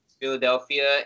Philadelphia